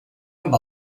amb